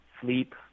sleep